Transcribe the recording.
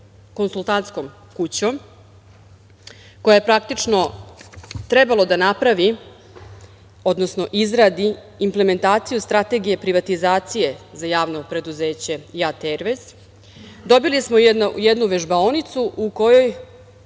konsultantskom kućom, koja je, praktično, trebalo da napravi, odnosno izradi implementaciju strategije privatizacije za javno preduzeće "Jat Aiarways", dobili smo jednu vežbaonicu u kojoj